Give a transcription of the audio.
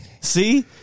see